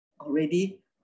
already